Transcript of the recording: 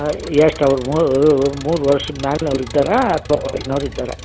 ಎಷ್ಟು ಅವ್ರು ಮೂವೂ ಮೂರು ವರ್ಷದ ಮ್ಯಾಲೆ ಅವ್ರು ಇದ್ದಾರಾ ಅಥ್ವಾ ಒಳ್ಗಿನೋರು ಇದ್ದಾರಾ